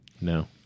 No